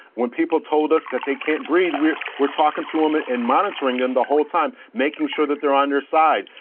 when people told us that they can't breathe, we're we're talking to them um ah and monitoring them the whole time making sure that they're on their side.